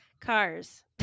cars